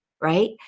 right